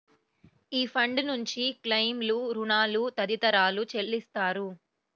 ఈ ఫండ్ నుంచి క్లెయిమ్లు, రుణాలు తదితరాలు చెల్లిస్తారు